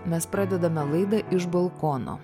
mes pradedame laidą iš balkono